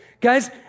Guys